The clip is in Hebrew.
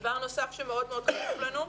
דבר נוסף שמאוד מאוד חשוב לנו,